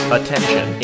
Attention